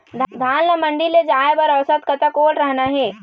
धान ला मंडी ले जाय बर औसत कतक ओल रहना हे?